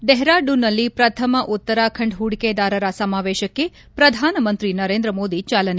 ಡೆಹ್ರಾಡೂನ್ನಲ್ಲಿ ಪ್ರಥಮ ಉತ್ತರಾಖಂಡ್ ಹೂಡಿಕೆದಾರರ ಸಮಾವೇಶಕ್ಕೆ ಪ್ರಧಾನಮಂತ್ರಿ ನರೇಂದ್ರ ಮೋದಿ ಚಾಲನೆ